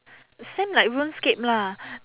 same like RuneScape lah